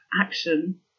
action